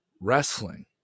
wrestling